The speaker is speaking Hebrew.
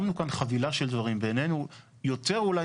שמנו כאן חבילה של דברים בעינינו יותר אולי